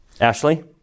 Ashley